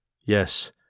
Yes